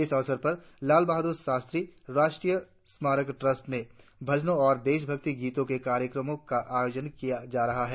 इस अवसर पर लाल बहादुर शास्त्री राष्ट्रीय स्मारक ट्रस्ट में भजनों और देश भक्ति गीतों के कार्यक्रम का आयोजित किया जा रहा है